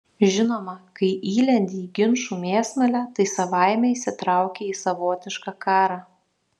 žinoma kai įlendi į ginčų mėsmalę tai savaime įsitrauki į savotišką karą